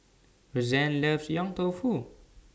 Rozanne loves Yong Tau Foo